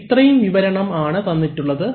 ഇത്രയും വിവരണം ആണ് തന്നിട്ടുള്ളത്